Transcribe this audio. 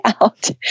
out